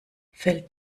fällt